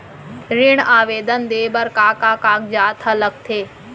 ऋण आवेदन दे बर का का कागजात ह लगथे?